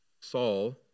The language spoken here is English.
Saul